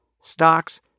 stocks